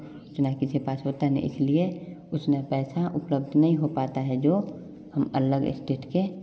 इतना किसी पास होता नहीं है इसलिए उतना पैसा उपलब्ध नहीं हो पाता है जो हम अलग स्टेट के